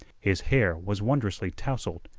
his hair was wondrously tousled,